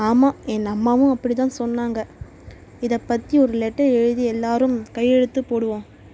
ஆமாம் என் அம்மாவும் அப்படி தான் சொன்னாங்க இதை பற்றி ஒரு லெட்டர் எழுதி எல்லோரும் கையெழுத்து போடுவோம்